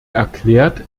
erklärt